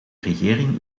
regering